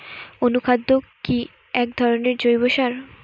অনুখাদ্য কি এক ধরনের জৈব সার?